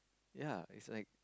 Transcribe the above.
ya it's like